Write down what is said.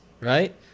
right